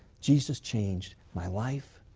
jesus changed my life,